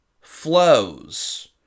flows